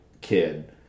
kid